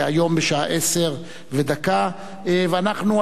היום בשעה 10:01. אנחנו,